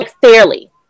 fairly